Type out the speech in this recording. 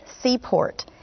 seaport